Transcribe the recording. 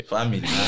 Family